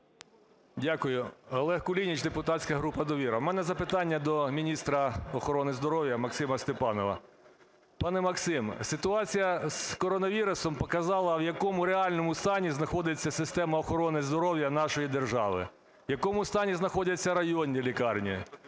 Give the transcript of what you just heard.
Дякую. Олег Кулініч, депутатська група "Довіра". У мене запитання до міністра охорони здоров'я Максима Степанова. Пане Максиме, ситуація з коронавірусом показала, в якому реальному стані знаходиться система охорони здоров'я нашої держави, в якому стані знаходяться районні лікарні,